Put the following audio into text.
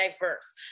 diverse